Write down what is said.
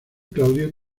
claudio